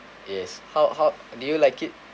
yes how how did you like it